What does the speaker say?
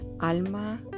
alma